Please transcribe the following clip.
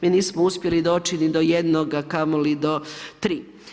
Mi nismo uspjeli doći ni do jednoga, a kamoli do tri.